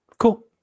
Cool